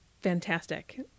fantastic